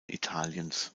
italiens